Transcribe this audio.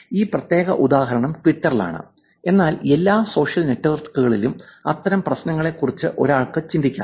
ഈ പ്രത്യേക ഉദാഹരണം ട്വിറ്ററിലാണ് എന്നാൽ എല്ലാ സോഷ്യൽ നെറ്റ്വർക്കുകളിലും അത്തരം പ്രശ്നങ്ങളെക്കുറിച്ച് ഒരാൾക്ക് ചിന്തിക്കാം